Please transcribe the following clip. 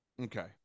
Okay